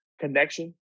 connection